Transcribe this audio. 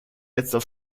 letzter